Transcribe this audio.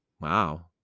wow